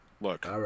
look